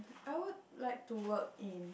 I would like to work in